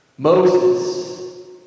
Moses